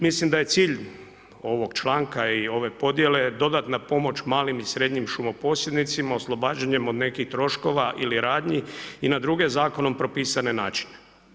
Mislim da je cilj ovog članka i ove podjele dodatna pomoć malim i srednjim šumoposjednicima oslobađanjem od nekih troškova ili radnji i na druge zakonom propisane načine.